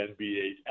NBA